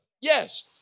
Yes